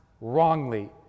wrongly